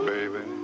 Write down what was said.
Baby